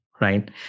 Right